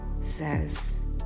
says